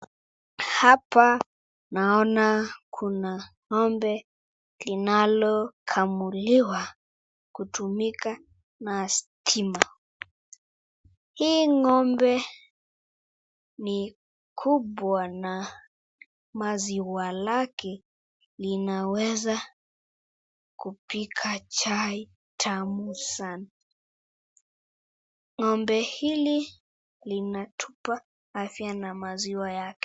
Hapa naona kuna ngombe linalokamuliwa kutumika na stima. Hii ngombe ni kubwa na maziwa lake linaweza kupika chai tamu sanaa. Ngombe hili linatupa afya na maziwa yake.